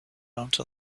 into